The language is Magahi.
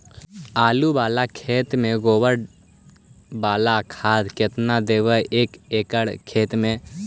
आलु बाला खेत मे गोबर बाला खाद केतना देबै एक एकड़ खेत में?